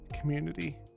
community